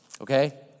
Okay